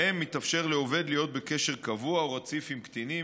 שבהם מתאפשר לעובד להיות בקשר קבוע או רציף עם קטינים,